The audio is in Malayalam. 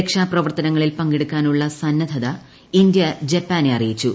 രക്ഷാപ്രവർത്തനങ്ങളിൽ പങ്കെടുക്കാനുള്ള സന്നദ്ധത ഇന്ത്യ ജപ്പാനെ അറിയിച്ചു